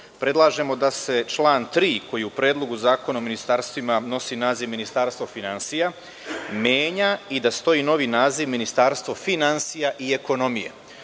člana. Predlažemo da se član 3. koji u Predlogu zakona o ministarstvima nosi naziv „Ministarstvo finansija“ menja i da stoji novi naziv „Ministarstvo finansija i ekonomije“.